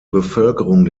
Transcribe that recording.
bevölkerung